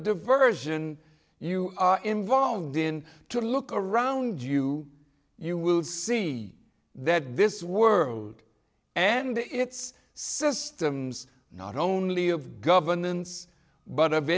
diversion you are involved in to look around you you will see that this world and its systems not only of governance but